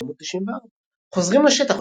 1994 חוזרים לשטח,